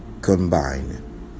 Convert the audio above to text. combine